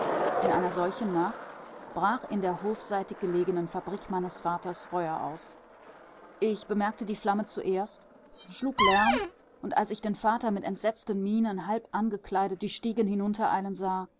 in einer solchen nacht brach in der hofseitig gelegenen fabrik meines vaters feuer aus ich bemerkte die flamme zuerst schlug lärm und als ich den vater mit entsetzten mienen halb angekleidet die stiegen hinuntereilen sah